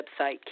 website